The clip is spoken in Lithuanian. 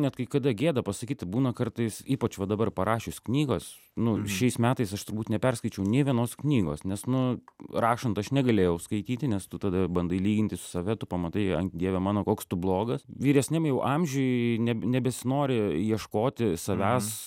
net kai kada gėda pasakyti būna kartais ypač va dabar parašius knygos nu šiais metais aš turbūt neperskaičiau nė vienos knygos nes nu rašant aš negalėjau skaityti nes tu tada bandai lyginti su save tu pamatai an dieve mano koks tu blogas vyresniam jau amžiuj neb nebesinori ieškoti savęs